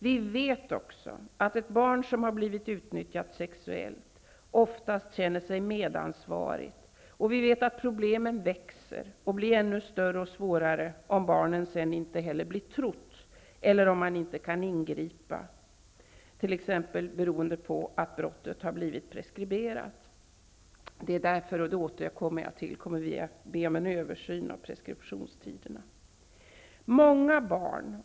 Vi vet också att ett barn som blivit utnyttjat sexuellt oftast känner sig medansvarigt och att problemen växer och blir ännu större och svårare, om barnet sedan inte heller blir trott eller om man inte kan ingripa, t.ex. beroende på att brottet har blivit preskriberat. Därför kommer vi att begära en översyn av preskriptionstiderna, vilket jag skall återkomma till.